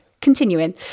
continuing